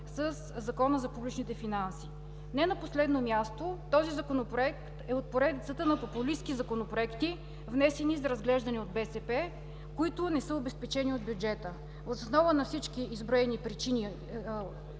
със Закона за публичните финанси. Не на последно място, този Законопроект е от поредицата популистки законопроекти, внесени от БСП за разглеждане, които не са обезпечени от бюджета. Въз основа на всички изброени и